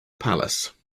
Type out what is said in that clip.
palace